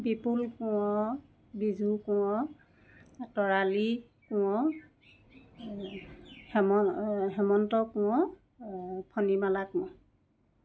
Bipul Konwar Biju Konwar Tarali Konwar Hem Hemanta Konwar Phanimala Konwar